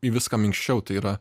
į viską minkščiau tai yra